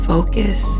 Focus